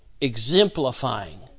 exemplifying